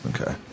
Okay